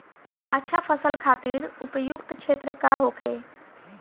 अच्छा फसल खातिर उपयुक्त क्षेत्र का होखे?